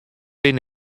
bin